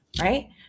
right